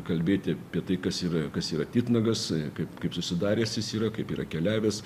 kalbėti apie tai kas yra kas yra titnagas kaip kaip susidaręs jis yra kaip yra keliavęs